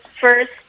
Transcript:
first